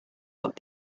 what